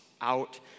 out